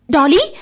Dolly